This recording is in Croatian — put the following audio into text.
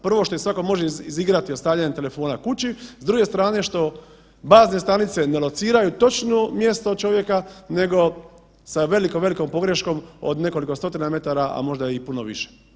Prvo što je svatko može izigrati ostavljanjem telefona kući, s druge strane što bazne stanice ne lociraju točno mjesto od čovjeka nego sa velikom, velikom pogreškom od nekoliko 100-tina metara, a možda i puno više.